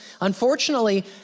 Unfortunately